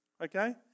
Okay